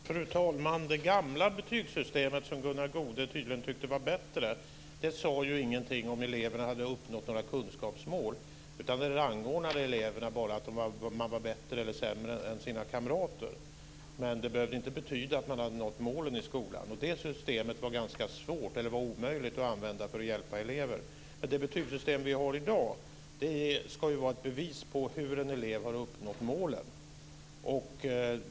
Fru talman! Det gamla betygssystemet som Gunnar Goude tydligen tyckte var bättre sade ingenting om ifall eleverna hade uppnått några kunskapsmål, utan det rangordnade bara eleverna; man var bättre eller sämre än sina kamrater, men det behövde inte betyda att man hade nått målen i skolan. Det systemet var ganska svårt eller omöjligt att använda för att hjälpa elever. Det betygssystem vi har i dag ska ge ett bevis på hur en elev har uppnått målen.